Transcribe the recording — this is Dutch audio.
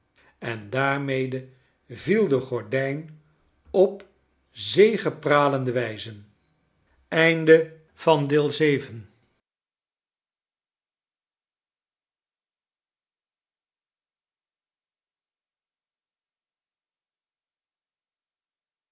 en daarmede viel de gordijn op zegepralende wijze